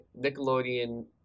Nickelodeon